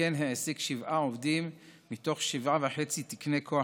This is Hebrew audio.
שכן העסיק שבעה עובדים מתוך 7.5 תקני כוח